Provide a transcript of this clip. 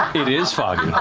it is foggy.